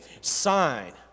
sign